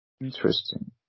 Interesting